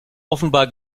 offenbar